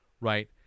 right